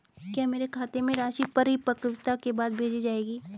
क्या मेरे खाते में राशि परिपक्वता के बाद भेजी जाएगी?